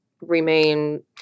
remain